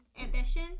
ambition